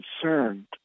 concerned